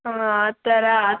ಹಾಂ ಆ ಥರ